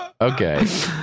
Okay